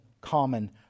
common